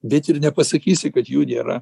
bet ir nepasakysi kad jų nėra